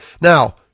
Now